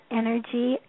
energy